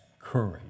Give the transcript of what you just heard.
courage